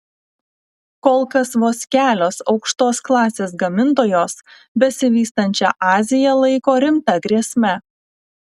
kol kas vos kelios aukštos klasės gamintojos besivystančią aziją laiko rimta grėsme